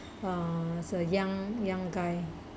uh is a young young guy